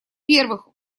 первых